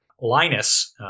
Linus